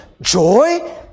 joy